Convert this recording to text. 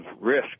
risk